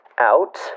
out